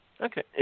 Okay